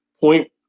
point